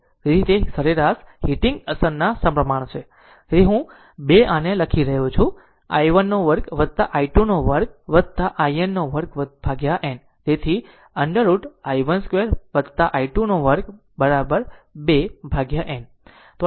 તેથી તે સરેરાશ હીટિંગ અસર ના પ્રમાણસર છે અને તેથી હું 2 આપણે આની જેમ લખું છું i1 2 I2 2 in 2n માં અને તેથી 2 i1 2 I2 2 બરાબર 2 n બરાબર